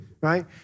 right